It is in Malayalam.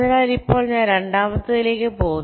അതിനാൽ ഇപ്പോൾ ഞാൻ രണ്ടാമത്തേതിലേക്ക് പോകുന്നു